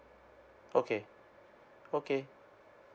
okay okay